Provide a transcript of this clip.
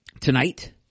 tonight